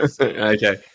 okay